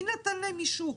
מי נתן להן אישור?